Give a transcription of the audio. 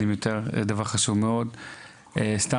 דבר חשוב מאוד הוא חידוד נהלים.